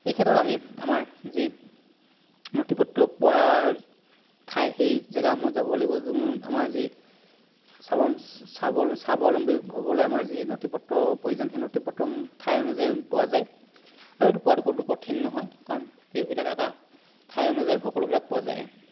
এইক্ষেত্ৰত আমি আমাৰ যি নথি পত্ৰ পোৱাৰ ঠাই সেই জেগাসমূহত যাব লাগিব যোন আমাৰ যি স্বাৱলম্বী হ'বলৈ আমাৰ যি নথি পত্ৰৰ প্ৰয়োজন সেই নথি পত্ৰসমূহ ঠাই অনুযায়ী পোৱা যায় আৰু এইটো পোৱাটো কোনো কঠিন নহয় কাৰণ সেইবিলাক এটা ঠাই অনুযায়ী সকলোবিলাক পোৱা যায়